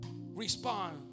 respond